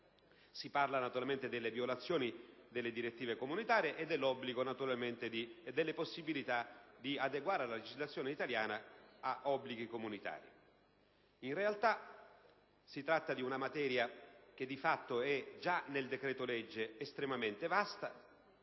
si parla delle violazioni delle direttive comunitarie e delle possibilità di adeguare la legislazione italiana ad obblighi comunitari. In realtà, si tratta di una materia che, di fatto, già nel decreto-legge si presenta